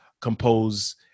Compose